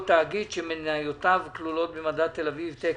תאגיד שמניותיו כלולות במדד ת"א טק-עילית)